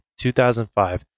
2005